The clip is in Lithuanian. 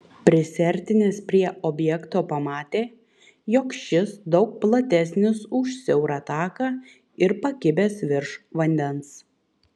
prisiartinęs prie objekto pamatė jog šis daug platesnis už siaurą taką ir pakibęs virš vandens